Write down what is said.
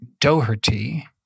Doherty